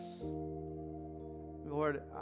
Lord